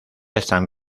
están